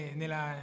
nella